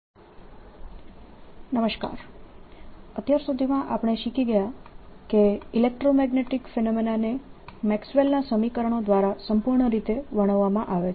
quasi-static approximation અત્યાર સુધીમાં આપણે શીખી ગયા કે ઇલેક્ટ્રોમેગ્નેટીક ફિનોમેના ને મેક્સવેલના સમીકરણો Maxwells equations દ્વારા સંપૂર્ણ રીતે વર્ણવવામાં આવે છે